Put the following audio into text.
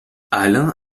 alain